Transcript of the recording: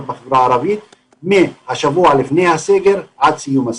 בחברה הערבית מהשבוע לפני הסגר עד סיום הסגר.